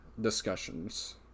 discussions